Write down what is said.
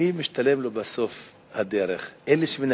תשים